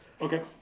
okay